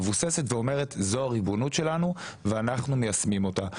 מבוססת ואומרת שזו הריבונות שלנו ואנחנו מיישמים אותה.